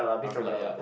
umbrella ya